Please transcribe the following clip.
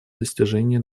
достижении